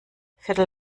viertel